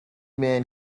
man